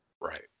Right